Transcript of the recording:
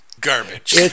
garbage